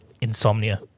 insomnia